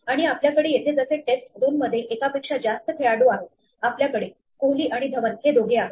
आणि आपल्याकडे येथे जसे टेस्ट 2 मध्ये एकापेक्षा जास्त खेळाडू आहेत आपल्याकडे कोहली आणि धवन हे दोघे आहेत